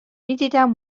میدیدم